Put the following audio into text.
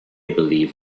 believe